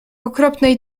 okropnej